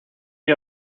you